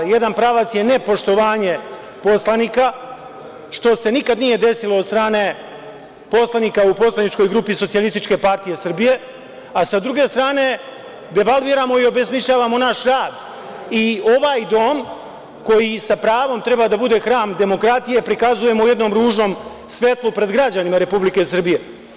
Jedan pravac je nepoštovanje poslanika, što se nikada nije desilo od strane poslanika u poslaničkoj grupi SPS, a sa druge strane devalviramo i obesmišljavamo naš rad i ovaj dom, koji sa pravom treba da bude hram demokratije, prikazujemo u jednom ružnom svetlu pred građanima Republike Srbije.